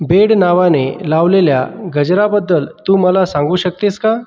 bed नावाने लावलेल्या गजराबद्दल तू मला सांगू शकतेस का